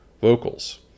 vocals